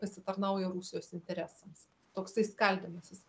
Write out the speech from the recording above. pasitarnauja rusijos interesams toksai skaldymasis